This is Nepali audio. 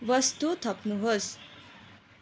वस्तु थप्नुहोस्